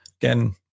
again